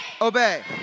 obey